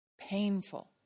painful